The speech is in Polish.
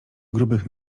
grubych